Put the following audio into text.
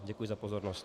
Děkuji za pozornost.